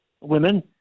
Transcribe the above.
women